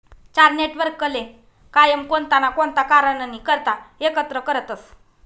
चार नेटवर्कले कायम कोणता ना कोणता कारणनी करता एकत्र करतसं